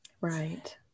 right